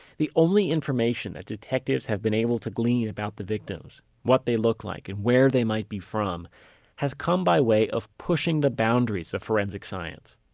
the only information that detectives have been able to glean about the victims what they look like and where they might be from has come by way of pushing the boundaries of forensic science.